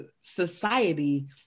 society